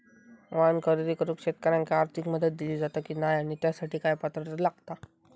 वाहन खरेदी करूक शेतकऱ्यांका आर्थिक मदत दिली जाता की नाय आणि त्यासाठी काय पात्रता लागता?